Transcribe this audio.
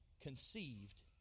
conceived